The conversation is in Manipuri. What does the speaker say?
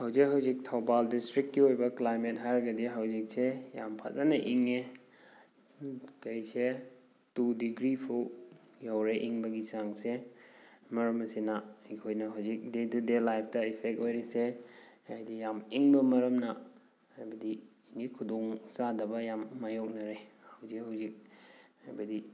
ꯍꯧꯖꯤꯛ ꯍꯧꯖꯤꯛ ꯊꯧꯕꯥꯜ ꯗꯤꯁꯇ꯭ꯔꯤꯛꯀꯤ ꯑꯣꯏꯕ ꯀ꯭ꯂꯥꯏꯃꯦꯠ ꯍꯥꯏꯔꯒꯗꯤ ꯍꯧꯖꯤꯛꯁꯦ ꯌꯥꯝ ꯐꯖꯅ ꯏꯪꯉꯦ ꯀꯩꯁꯦ ꯇꯨ ꯗꯤꯒ꯭ꯔꯤꯐꯧ ꯌꯧꯔꯦ ꯏꯪꯕꯒꯤ ꯆꯥꯡꯁꯦ ꯃꯔꯝ ꯑꯁꯤꯅ ꯑꯩꯈꯣꯏꯅ ꯍꯧꯖꯤꯛ ꯗꯦ ꯇꯨꯗꯦ ꯂꯥꯏꯐꯇ ꯑꯦꯐꯦꯛ ꯑꯣꯏꯔꯤꯁꯦ ꯍꯥꯏꯗꯤ ꯌꯥꯝ ꯏꯪꯕ ꯃꯔꯝꯅ ꯍꯥꯏꯕꯗꯤ ꯑꯦꯅꯤ ꯈꯨꯗꯣꯡꯆꯥꯗꯕ ꯌꯥꯝ ꯃꯥꯌꯣꯛꯅꯔꯤ ꯍꯧꯖꯤꯛ ꯍꯧꯖꯤꯛ ꯍꯥꯏꯕꯗꯤ